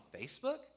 Facebook